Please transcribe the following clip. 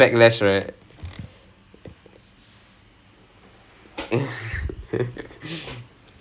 ya then hack was like இல்லை இல்லை கோச்சிப்பாங்கே:illai illai kochippaanga I was like are you kidding me ஏன்:aen dah பாடுறது:paadurathu